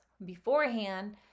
Beforehand